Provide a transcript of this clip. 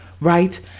right